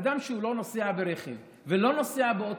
אדם שלא נוסע ברכב ולא נוסע באוטובוס,